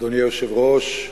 אדוני היושב-ראש,